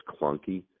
clunky